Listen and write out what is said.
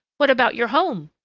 what about your home?